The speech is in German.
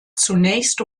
zunächst